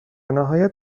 نهایت